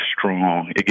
strong